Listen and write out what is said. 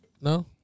No